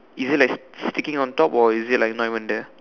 is it like sticking on top or is it like not even there